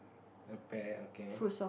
a pear okay